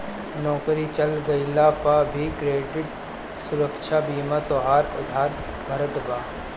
नोकरी चल गइला पअ भी क्रेडिट सुरक्षा बीमा तोहार उधार भरत हअ